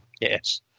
Yes